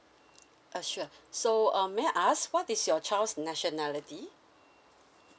uh sure so um may I ask what is your child's nationality